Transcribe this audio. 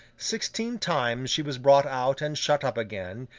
sixteen times she was brought out and shut up again,